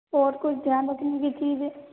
और कुछ ध्यान रखने की चीज़ें